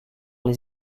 les